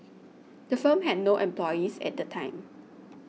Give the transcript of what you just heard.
the firm had no employees at the time